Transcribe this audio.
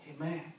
amen